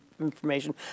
information